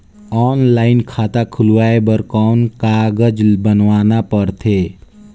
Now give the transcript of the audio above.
Online खाता खुलवाय बर कौन कागज बनवाना पड़थे?